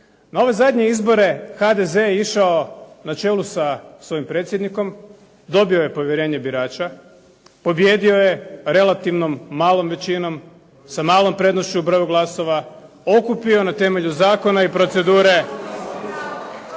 Na ovdje zadnje izbore HDZ je išao na čelu sa svojim predsjednikom, dobio je povjerenje birača. Pobijedio je relativno malom većinom sa malom prednošću u broju glasova, okupio na temelju zakona i procedure.